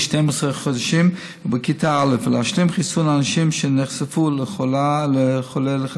12 חודשים ובכתה א' ולהשלים את החיסון לאנשים שנחשפו לחולה חצבת.